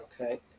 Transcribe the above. Okay